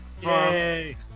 Yay